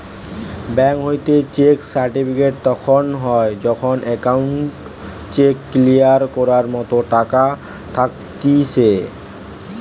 bank হইতে cheque certified তখন হয় যখন অ্যাকাউন্টে চেক ক্লিয়ার করার মতো টাকা থাকতিছে